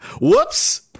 Whoops